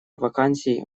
вакансий